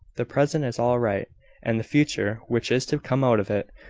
the present is all right and the future, which is to come out of it,